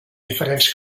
diferents